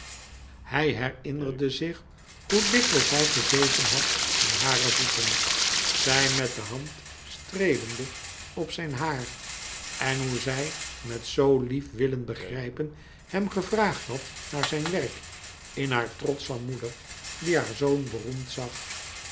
hij herinnerde zich hoe dikwijls hij gezeten had aan hare voeten zij met de hand streelende op zijn haar en hoe zij met zoo lief willen begrijpen hem gevraagd had naar zijn werk in haar trots van moeder die haar zoon beroemd zag